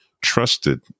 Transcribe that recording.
trusted